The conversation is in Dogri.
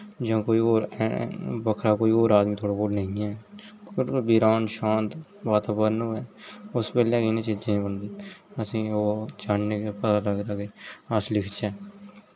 जां कोई और बक्खरा कोई होर आदमी थोआड़े कोल नेईं ऐ बिलकुल बीरान शांत वातावरन होऐ उसलै इनें चीजें असें ओह् चाह्ने के पता लगदा के अस लिखचे